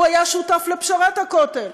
הוא היה שותף לפשרת הכותל,